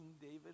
David